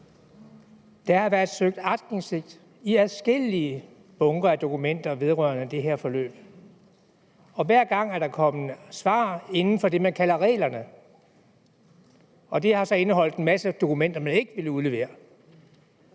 Der har været søgt aktindsigt i adskillige bunker af dokumenter vedrørende det her forløb. Hver gang er der kommet svar, inden for det man kalder reglerne, og de har så indeholdt en masse dokumenter, man ikke ville udlevere.